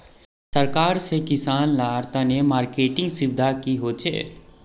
सरकार से किसान लार तने मार्केटिंग सुविधा की होचे?